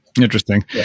Interesting